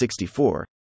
64